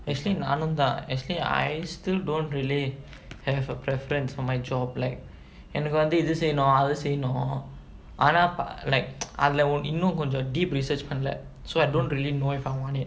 actually நானுந்தா:naanunthaa actually I still don't really have a preference for my job like எனக்கு வந்து இது செய்னும் அது செய்னும் ஆனா:enakku vanthu ithu seinum athu seinum aanaa like அதுல இன்னும் கொஞ்ச:athula innum konja deep research பன்னல:pannala so I don't really know if I want it